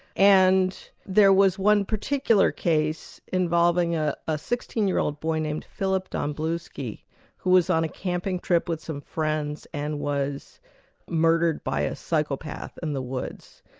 and there was one particular case involving ah a sixteen year old boy named philip domblewski who was on a camping trip with some friends, and was murdered by a psychopath in the woods.